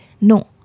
no